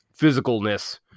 physicalness